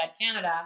Canada